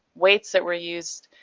weights that were used,